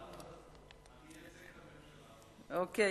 אוקיי.